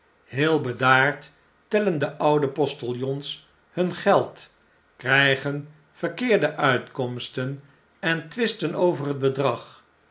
heel bedaard tellende oude postiljons nun geld krjjgen verkeerde uitkomsten en twisten over het bedrag